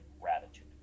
gratitude